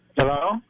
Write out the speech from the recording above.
Hello